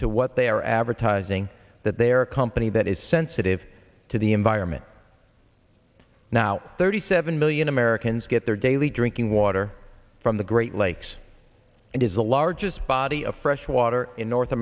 to what they are advertising that they are a company that is sensitive to the environment now thirty seven million americans get their daily drinking water from the great lakes and is the largest body of fresh water in north